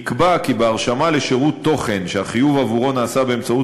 ונקבע כי בהרשמה לשירות תוכן שהחיוב עבורו נעשה באמצעות